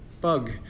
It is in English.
bug